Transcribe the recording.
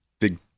big